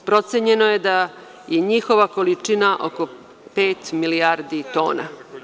Procenjeno je da je njihova količina oko pet milijardi tona.